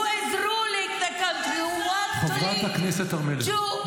is ruling the country ------ חברת הכנסת הר מלך,